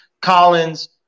Collins